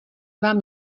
vám